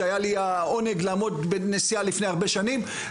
שהיה לי העונג לעמוד כנשיאה לפני הרבה שנים,